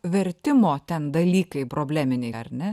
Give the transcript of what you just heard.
vertimo ten dalykai probleminiai ar ne